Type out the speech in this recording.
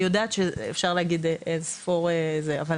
אני יודעת שאפשר להגיד אין ספור, אבל